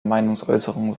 meinungsäußerung